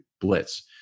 blitz